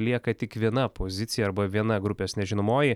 lieka tik viena pozicija arba viena grupės nežinomoji